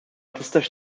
tistax